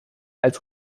als